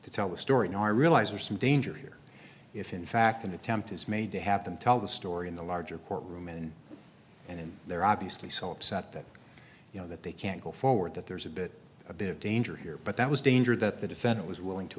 to tell the story nor realize are some danger here if in fact an attempt is made to have them tell the story in the larger courtroom and and they're obviously so upset that you know that they can't go forward that there's a bit a bit of danger here but that was danger that the defendant was willing to